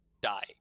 die